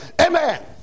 amen